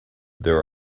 there